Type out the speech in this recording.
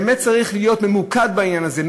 באמת ממוקד בעניין הזה.